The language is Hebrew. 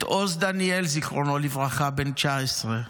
את עוז דניאל, זיכרונו לברכה, בן 19,